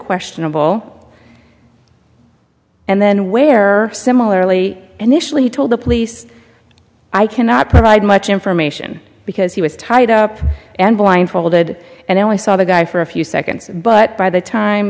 questionable and then where similarly initially told the police i cannot provide much information because he was tied up and blindfolded and i only saw the guy for a few seconds but by the time